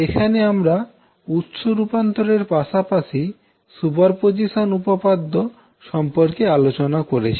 এখানে আমরা উৎস রূপান্তরের পাশাপাশি সুপারপজিশন উপপাদ্য সম্পর্কে আলোচনা করেছি